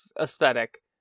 aesthetic